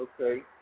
Okay